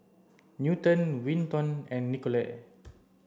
Newton Winton and Nicolette